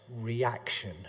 reaction